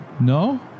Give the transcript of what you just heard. No